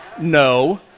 no